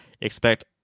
expect